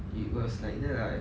it was like that lah